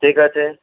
ঠিক আছে